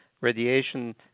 radiation